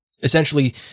Essentially